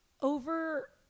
over